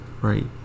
right